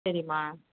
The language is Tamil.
சரிமா